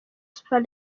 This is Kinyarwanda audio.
super